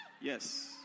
Yes